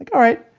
like all right,